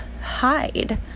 hide